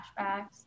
flashbacks